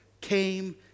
came